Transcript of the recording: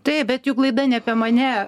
taip bet juk laida ne apie mane